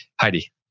Heidi